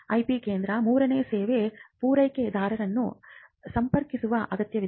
IP ಕೇಂದ್ರ ಮೂರನೇ ಸೇವಾ ಪೂರೈಕೆದಾರರನ್ನು ಸಂಪರ್ಕಿಸವ ಅಗತ್ಯವಿದೆ